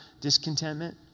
discontentment